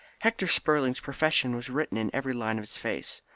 hector spurling's profession was written in every line of his face.